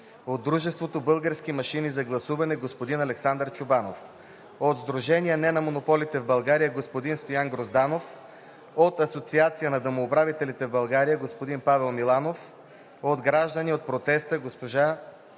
от дружеството „Български машини за гласуване“: господин Александър Чобанов; от сдружение „Не на монополите в България“: господин Стоян Грозданов; от „Асоциацията на домоуправителите в България“: господин Павел Миланов; от „Гражданите от протеста“: госпожа